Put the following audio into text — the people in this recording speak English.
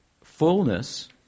fullness